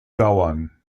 dauern